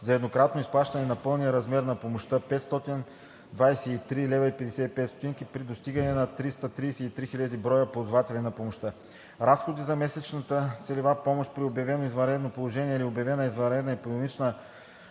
за еднократно изплащане на пълния размер на помощта – 523,55 лв., при достигане на 333 000 броя ползватели на помощта. 3. Разходи за месечна целева помощ при обявено извънредно положение или обявена извънредна епидемична